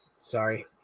sorry